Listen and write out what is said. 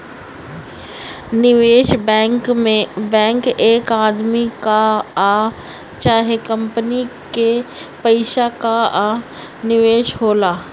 निवेश बैंक एक आदमी कअ चाहे कंपनी के पइसा कअ निवेश होला